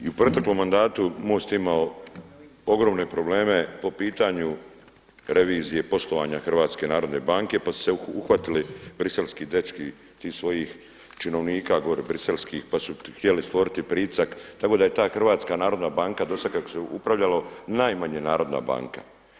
I u proteklom mandatu MOST je imao ogromne probleme po pitanju revizije poslovanja HNB-a pa su se uhvatili briselski dečki tih svojih činovnika gore briselskih pa su htjeli stvoriti pritisak, tako da je ta HNB do sada kada se upravljalo najmanje narodna banka.